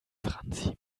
franzi